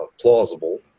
plausible